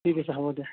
ঠিক আছে হ'ব দিয়া